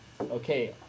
Okay